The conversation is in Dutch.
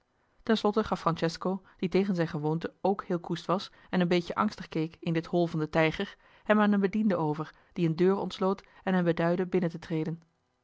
slotte gaf francesco die tegen zijn gewoonte ook heel koest was en een beetje angstig keek in dit hol van den tijger hem aan een bediende over die een deur ontsloot en hem beduidde binnen te treden